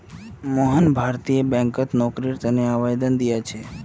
मोहन भारतीय बैंकत नौकरीर तने आवेदन दिया छे